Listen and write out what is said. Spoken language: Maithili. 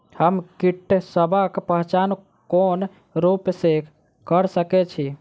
हम कीटसबक पहचान कोन रूप सँ क सके छी?